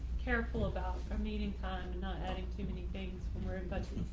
careful about um meeting time not adding too many things where it but